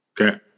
Okay